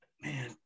Man